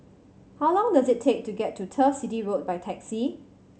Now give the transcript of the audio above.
how long does it take to get to Turf City Road by taxi